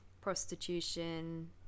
prostitution